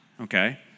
okay